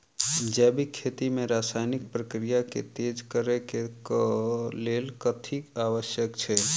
जैविक खेती मे रासायनिक प्रक्रिया केँ तेज करै केँ कऽ लेल कथी आवश्यक छै?